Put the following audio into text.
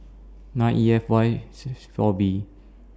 nine E F Y six four B